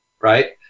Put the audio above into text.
right